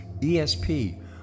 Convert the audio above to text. ESP